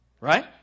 Right